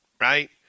right